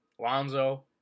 Lonzo